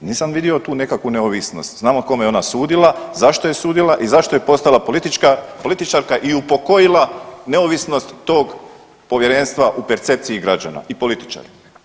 Nisam vidio tu nekakvu neovisnost, znamo kome je ona sudila, zašto je sudila i zašto je postala političarka i upokojila neovisnost tog povjerenstva u percepciji građana i političara.